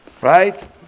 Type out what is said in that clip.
Right